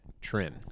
trim